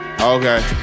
Okay